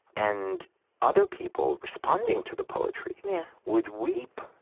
and other people responding to the poetry yeah would weep.